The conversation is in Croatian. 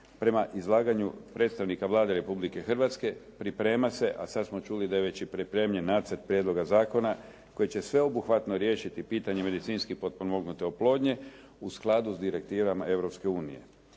Prema izlaganju predstavnika Vlade Republike Hrvatske priprema se, a sad smo čuli da je već i pripremljen nacrt prijedloga zakona koji će sveobuhvatno riješiti pitanje medicinski potpomognute oplodnje u skladu s direktivama